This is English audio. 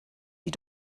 you